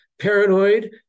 paranoid